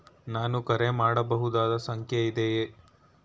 ನಾನು ಕರೆ ಮಾಡಬಹುದಾದ ಸಂಖ್ಯೆ ಇದೆಯೇ?